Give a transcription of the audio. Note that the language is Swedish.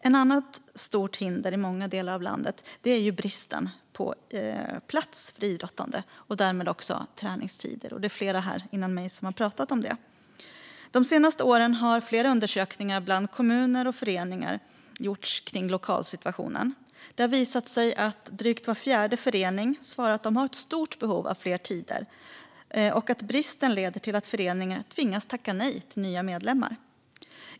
Ett annat stort hinder i många delar av landet är bristen på plats för idrottande och därmed träningstider. Det är flera före mig som har pratat om det här. De senaste åren har flera undersökningar bland kommuner och föreningar gjorts om lokalsituationen. Det har visat sig att drygt var fjärde förening svarar att de har ett stort behov av fler tider och att bristen leder till att föreningar tvingas tacka nej till nya medlemmar.